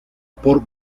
por